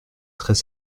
très